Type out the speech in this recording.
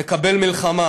נקבל מלחמה,